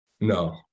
No